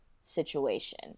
situation